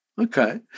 okay